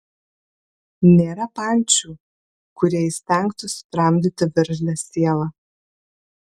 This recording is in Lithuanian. nėra pančių kurie įstengtų sutramdyti veržlią sielą